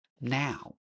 now